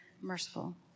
merciful